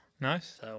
Nice